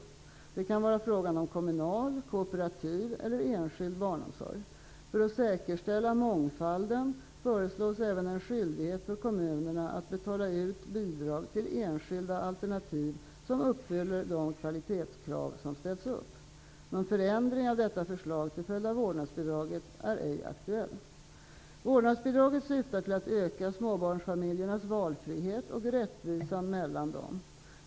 Det kan vara fråga om kommunal, kooperativ eller enskild barnomsorg. För att säkerställa mångfalden föreslås även en skyldighet för kommunerna att betala ut bidrag till enskilda alternativ som uppfyller de kvalitetskrav som ställts upp. Någon förändring av detta förslag till följd av vårdnadsbidraget är ej aktuell. Vårdnadsbidraget syftar till att öka småbarnsfamiljernas valfrihet och rättvisan mellan dem.